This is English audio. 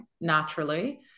naturally